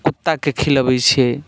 कुत्ताके खिलबैत छियै